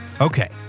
Okay